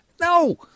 No